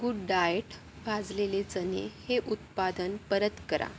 good diet भाजलेले चणे हे उत्पादन परत करा